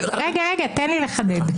רגע, תן לי לחדד.